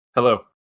Hello